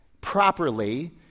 properly